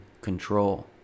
control